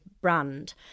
brand